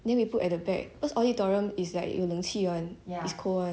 then we put at the back cause auditorium is like 有冷气 [one] it's cold [one]